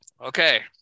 Okay